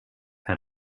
had